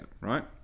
right